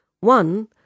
One